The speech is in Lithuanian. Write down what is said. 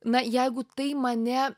na jeigu tai mane